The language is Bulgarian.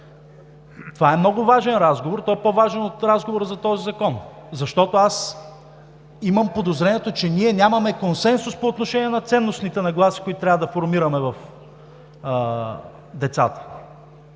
това е много важен разговор и той е по-важен от разговора за този закон, защото аз имам подозрението, че ние нямаме консенсус по отношение на ценностните нагласи, които трябва да формираме в децата.